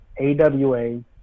AWA